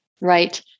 Right